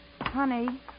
Honey